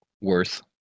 worth